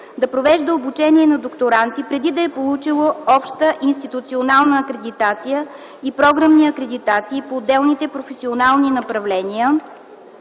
да провежда обучение на докторанти преди да е получил обща институционална акредитация и програмни акредитации по отделните професионални направления,